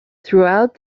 throughout